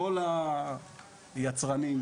מכל היצרנים,